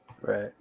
right